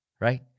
Right